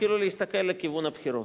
התחילו להסתכל לכיוון הבחירות.